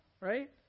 Right